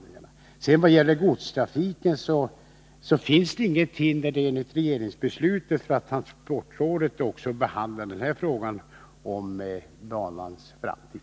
Beträffande frågan om godstrafiken vill jag säga att det enligt regeringsbeslutet inte finns något hinder för att transportrådet också behandlar den i samband med utredningen om banans framtid.